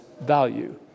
value